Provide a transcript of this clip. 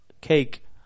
Cake